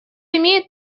имеет